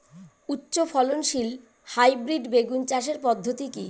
উচ্চ ফলনশীল হাইব্রিড বেগুন চাষের পদ্ধতি কী?